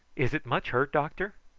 is it much hurt, doctor?